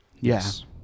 Yes